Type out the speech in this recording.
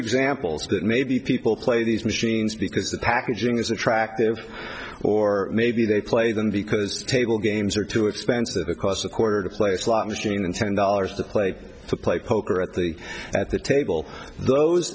that maybe people play these machines because the packaging is attractive or maybe they play them because table games are too expensive because a quarter to play slot machine and ten dollars to play to play poker at the at the table those